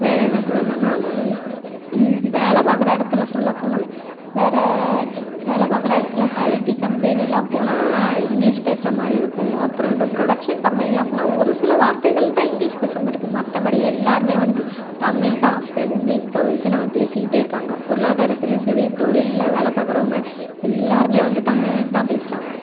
வேறு என்ன சொல்லணுன்னா வேலை பார்க்குற இடத்துல சொல்லப் போனால் வேறு வேலை பார்க்குற இடத்துல இப்போ ஐடி கம்பெனி எல்லாம் போனால் இங்கிலீஷ் பேசுகிற மாதிரி இருக்கும் அப்புறம் அந்த ப்ரொடக்ஷன் கம்பெனி எல்லாம் போனால் ஒரு சில வார்த்தைகள் தான் இங்கிலீஷ் பேசுகிற மாதிரி இருக்கும் மற்றபடி எல்லாருமே வந்து தமிழ் தான் அப்பையிலேந்து இப்போ வரைக்கும் நம்ம பேசிக்கிட்டே இருக்காங்க பொருளாதாரத்துலையும் சரி தொழிலில் வேலை பார்க்குறவங்க எல்லாருமே வந்து தமிழ் தான் பேசுகிறாங்க